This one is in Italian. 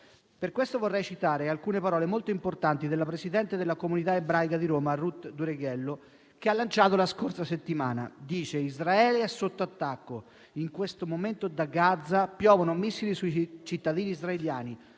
pertanto citare alcune parole molto importanti che la presidente della comunità ebraica di Roma Ruth Dureghello ha lanciato la scorsa settimana: «Israele è sotto attacco. In questo momento da Gaza piovono missili sui cittadini israeliani».